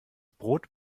brot